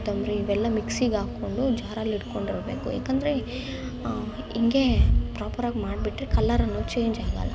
ಕೊತ್ತಂಬರಿ ಇವೆಲ್ಲ ಮಿಕ್ಸಿಗೆ ಹಾಕೊಂಡು ಜಾರಲ್ಲಿ ಇಟ್ಕೊಂಡಿರಬೇಕು ಏಕೆಂ ದ್ರೆ ಹಿಂಗೆ ಪ್ರಾಪರಾಗಿ ಮಾಡಿಬಿಟ್ರೆ ಕಲ್ಲರನ್ನು ಚೇಂಜ್ ಆಗಲ್ಲ